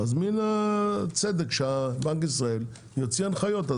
אז מן הצדק שבנק ישראל יוציא הנחיות.